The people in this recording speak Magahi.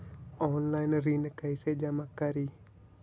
ऑनलाइन ऋण कैसे जमा करी?